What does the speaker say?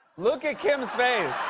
look at kim's face.